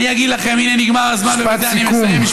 אני אגיד לכם, הינה, נגמר הזמן, ובזה אני מסיים.